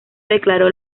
declaró